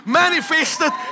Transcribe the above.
manifested